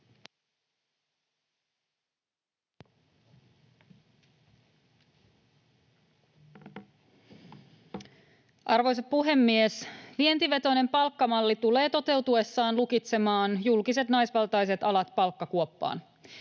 Arvoisa puhemies! Vientivetoinen palkkamalli tulee toteutuessaan lukitsemaan julkiset naisvaltaiset alat palkkakuoppaan.